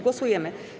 Głosujemy.